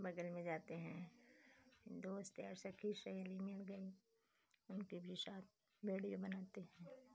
बगल में जाते हैं दोस्त यार सखी सहेली मिल गई उनके भी साथ वीडियो बनाते हैं